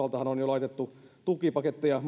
laitettu tukipaketteja